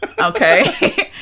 Okay